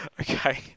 Okay